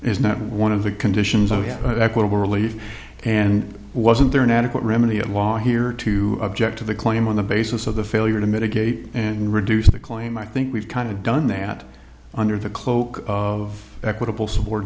is not one of the conditions i have equitable relief and wasn't there an adequate remedy along here to object to the claim on the basis of the failure to mitigate and reduce the claim i think we've kind of done that under the cloak of equitable su